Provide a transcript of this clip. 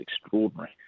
extraordinary